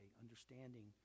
understanding